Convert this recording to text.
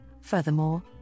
furthermore